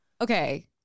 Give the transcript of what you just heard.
Okay